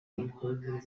cy’ubuzima